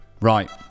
Right